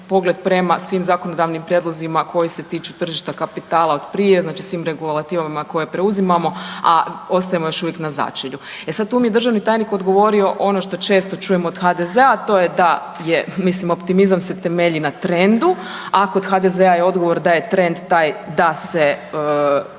prema svim zakonodavnim prijedlozima koji se tiču tržišta kapitala od prije, znači svim regulativama koje preuzimamo, a ostajemo još uvijek na začelju. E sad tu mi je državni tajnik odgovorio ono što često čujem od HDZ-a, a to je da je mislim optimizam se temelji na trendu, a kod HDZ-a je odgovor da je trend taj da imamo